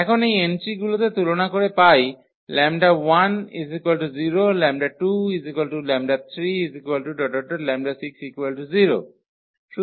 এখন এই এন্ট্রিগুলিতে তুলনা করে পাই 𝜆1 0 𝜆2 𝜆3 ⋯ 𝜆6 0